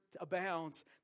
abounds